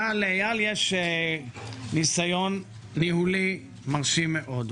לאייל יש ניסיון ניהולי מרשים מאוד.